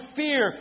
fear